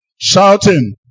shouting